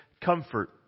comfort